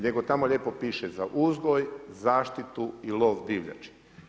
Nego tamo lijepo piše, za uzgoj, zaštitu i lov divljači.